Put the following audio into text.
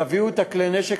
תביאו את כלי הנשק,